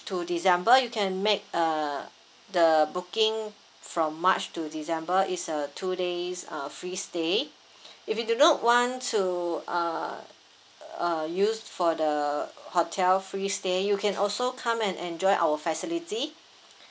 to december you can make uh the booking from march to december is a two days uh free stay if you do not want to uh uh use for the hotel free stay you can also come and enjoy our facility